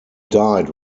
died